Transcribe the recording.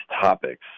topics